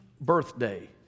birthday